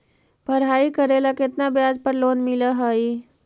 पढाई करेला केतना ब्याज पर लोन मिल हइ?